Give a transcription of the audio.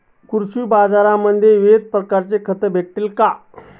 कृषी बाजारांमध्ये विविध प्रकारची खते भेटेल का?